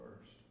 first